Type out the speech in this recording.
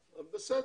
בסדר,